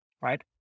right